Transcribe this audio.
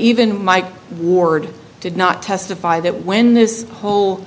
even mike ward did not testify that when this whole